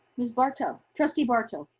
ms. barto, trustee barto.